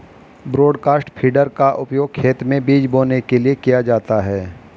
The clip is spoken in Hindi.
ब्रॉडकास्ट फीडर का उपयोग खेत में बीज बोने के लिए किया जाता है